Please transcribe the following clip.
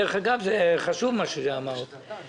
דרך אגב, מה שאמרת הוא חשוב.